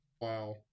Wow